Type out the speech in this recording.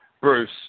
Bruce